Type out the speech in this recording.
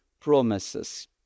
promises